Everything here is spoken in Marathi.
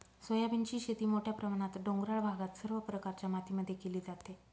सोयाबीनची शेती मोठ्या प्रमाणात डोंगराळ भागात सर्व प्रकारच्या मातीमध्ये केली जाते